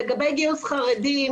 לגבי גיוס חרדים,